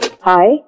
Hi